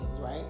right